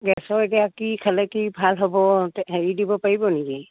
গেছৰ এতিয়া কি খালে কি ভাল হ'ব হেৰি দিব পাৰিব নেকি